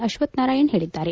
ಅಶ್ಲತ್ ನಾರಾಯಣ ಹೇಳಿದ್ದಾರೆ